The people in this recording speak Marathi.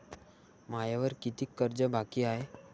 मायावर कितीक कर्ज बाकी हाय?